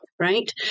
right